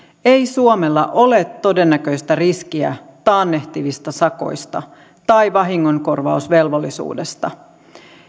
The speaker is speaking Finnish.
ei suomella ole todennäköistä riskiä taannehtivista sakoista tai vahingonkorvausvelvollisuudesta